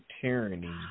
tyranny